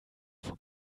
vom